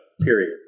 period